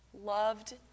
Loved